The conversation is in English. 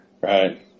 Right